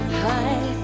high